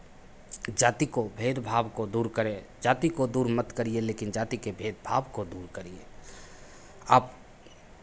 जाति को भेद भाव को दूर करें जाति को दूर मत करिए लेकिन जाति के भेद भाव को दूर करिए आप